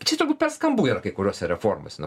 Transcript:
čia turbūt per skambu yra kai kuriose reformose